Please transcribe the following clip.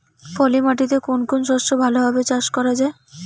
পলি মাটিতে কোন কোন শস্য ভালোভাবে চাষ করা য়ায়?